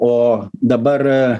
o dabar